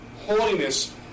holiness